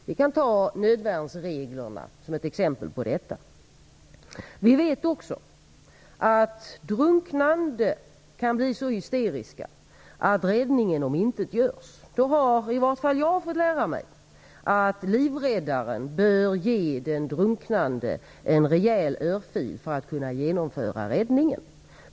Vi kan ta nödvärnsreglerna som ett exempel på detta. Vi vet också att drunknande kan bli så hysteriska att räddningen omintetgörs. Då har i alla fall jag fått lära mig att livräddaren bör ge den drunknande en rejäl örfil för att kunna genomföra räddningen.